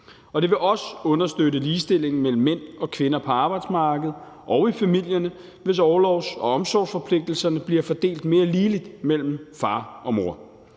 Det vil også understøtte ligestillingen mellem mænd og kvinder på arbejdsmarkedet og i familierne, hvis orlovs- og omsorgsforpligtelserne bliver fordelt mere ligeligt mellem far og mor.